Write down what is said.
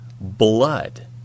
blood